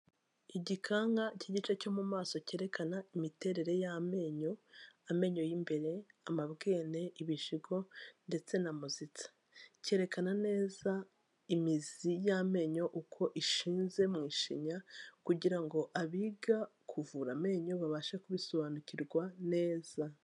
Igikanka k'igice cyo mu maso cyerekana imiterere y'amenyo, amenyo y'imbere, amabwene, ibijigo ndetse na muzitsa cyerekana neza imizi y'amenyo uko ishinze mu ishinya kugira ngo abiga kuvura amenyo babashe kubisobanukirwa neza.